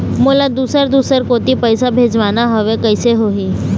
मोला दुसर दूसर कोती पैसा भेजवाना हवे, कइसे होही?